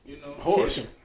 Horse